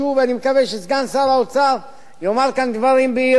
ואני מקווה שסגן שר האוצר יאמר כאן דברים בהירים,